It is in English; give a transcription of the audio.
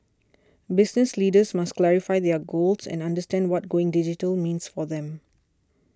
business leaders must clarify their goals and understand what going digital means for them